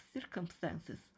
circumstances